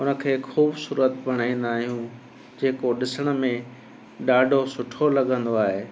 हुन खे ख़ूबसूरत बणाईंंदा आहियूं जेको ॾिसण में ॾाढो सुठो लॻंदो आहे